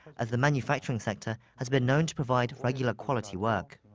as the manufacturing sector has been known to provide regular quality work.